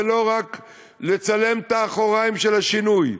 ולא רק לצלם את האחוריים של השינוי.